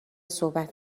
صحبت